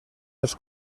els